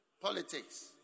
Politics